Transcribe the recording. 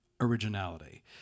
originality